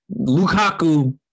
Lukaku